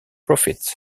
profits